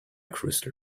crystal